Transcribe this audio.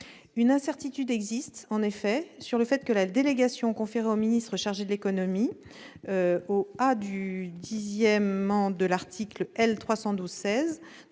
Une incertitude existe en effet sur le fait que la délégation conférée au ministre chargé de l'économie au a) du 10° de l'article L. 312-16